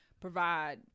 provide